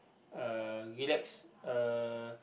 uh relaxed uh